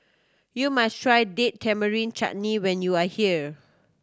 you must try Date Tamarind Chutney when you are here